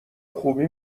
خوبی